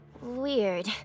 weird